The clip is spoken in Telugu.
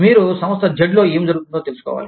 మీరు సంస్థ Z లో ఏమి జరుగుతుందో తెలుసుకోవాలి